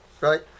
right